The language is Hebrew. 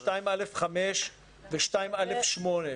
(2א5) ו-(2א8),